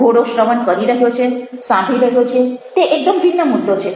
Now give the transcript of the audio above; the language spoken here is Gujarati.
ઘોડો શ્રવણ કરી રહ્યો છે સાંભળી રહ્યો છે તે એકદમ ભિન્ન મુદ્દો છે